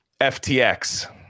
FTX